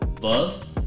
love